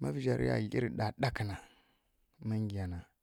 ma vǝzja riya glirǝ ɗaɗak na ma ngiya na